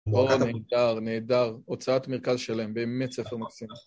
וואו, נהדר, נהדר, הוצאת מרכז שלם באמת ספר מקסימום.